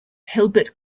hilbert